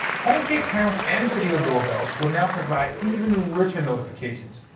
homekit cameras and video doorbells will now provide even richer notifications,